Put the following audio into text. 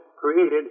created